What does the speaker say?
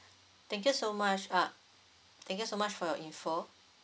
thank you so much uh thank you so much for your info